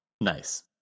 nice